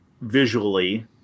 visually